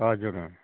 हजुर